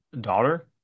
daughter